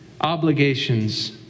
obligations